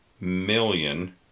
million